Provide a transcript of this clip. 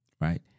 Right